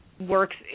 works